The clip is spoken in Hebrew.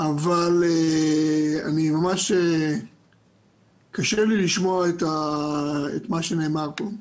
אבל ממש קשה לי לשמוע את מה שנאמר כאן.